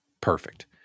Perfect